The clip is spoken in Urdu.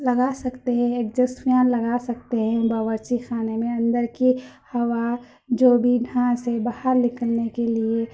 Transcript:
لگا سکتے ہیں اگزوسٹ فین لگا سکتے ہیں باورچی خانے میں اندر کی ہوا جو بھی یہاں سے باہر نکلنے کے لیے